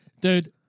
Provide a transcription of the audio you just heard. Dude